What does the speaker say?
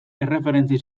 erreferentzia